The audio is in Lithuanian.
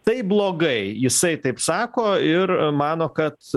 tai blogai jisai taip sako ir mano kad